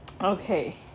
Okay